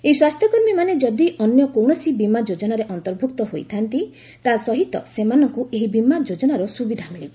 ଏହି ସ୍ୱାସ୍ଥ୍ୟକର୍ମୀମାନେ ଯଦି ଅନ୍ୟ କୌଣସି ବୀମା ଯୋଜନାରେ ଅନ୍ତର୍ଭୁକ୍ତ ହୋଇଥାନ୍ତି ତାହାସହିତ ସେମାନଙ୍କୁ ଏହି ବୀମା ଯୋଜନାର ସୁବିଧା ମିଳିବ